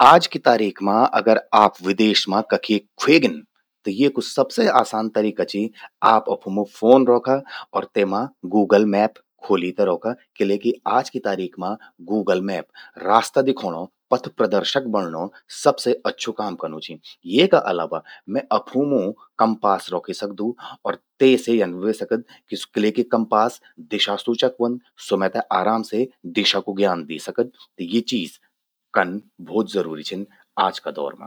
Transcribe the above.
आज कि तारीख मां अगर आप विदेश मां ख् गिन, त येकु सबसे सानम तरीका चि आप अफु मूं फोन रौखा। अर तेमा गूगल मैप ख्वोलि ते रौखा । किले कि आज कि तारीख मां गूगल मैप रास्ता दिखौंणों पथ प्रदर्शक बण्णों सबसे अच्छु काम कनू चि। येका अलावा मैं अफु मूं कम्पास रौखि सकदू, र तेसे यन व्हे सकद किले कि कम्पास दिशासूचक व्हंद। स्वो मेते आराम से दिशा कु ज्ञान दी सकद। त यि चीज कन्न भौत जरूरि छिन आज का दौर मां।